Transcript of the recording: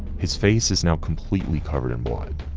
his face is now completely covered in blood.